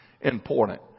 important